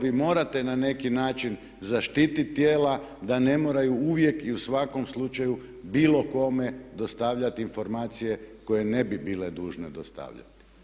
Vi morate na neki način zaštititi tijela da ne moraju uvijek i u svakom slučaju bilo kome dostavljati informacije koje ne bi bile dužne dostavljati.